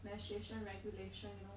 menstruation regulation you know